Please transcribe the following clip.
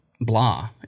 Blah